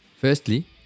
firstly